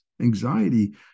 anxiety